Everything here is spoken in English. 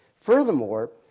Furthermore